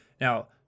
Now